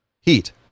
heat